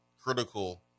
critical